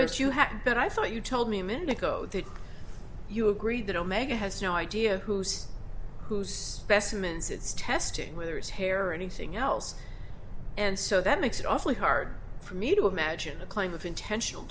best you had but i thought you told me a minute ago that you agreed that omega has no idea who's who's best women's it's testing whether it's hair or anything else and so that makes it awfully hard for me to imagine a claim of intentional